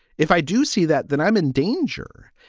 if i do see that, then i'm in danger.